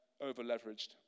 over-leveraged